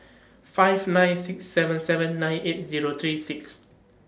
five nine six seven seven nine eight Zero three six